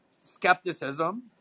skepticism